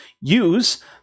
use